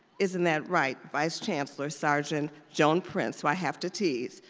isn't that right, vice chancellor sargent joan prince, who i have to tease,